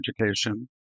education